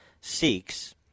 seeks